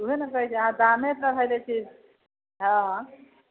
उहे नऽ कहै छी अहाँ दामे एतना धेले छी हँ